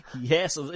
yes